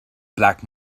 black